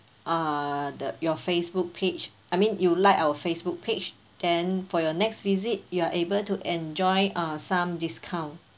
uh the your Facebook page I mean you like our Facebook page then for your next visit you are able to enjoy uh some discount